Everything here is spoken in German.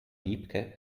wiebke